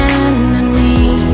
enemy